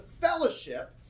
fellowship